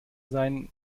sein